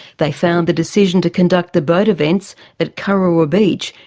they found the decision to conduct the boat events at kurrawa beach,